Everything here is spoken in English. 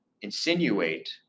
insinuate